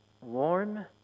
warm